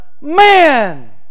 man